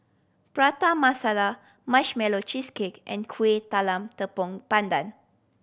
Prata Masala Marshmallow Cheesecake and Kueh Talam Tepong Pandan